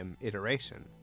iteration